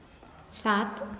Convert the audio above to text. सात